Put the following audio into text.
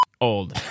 ...old